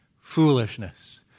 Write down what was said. Foolishness